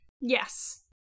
Yes